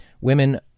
women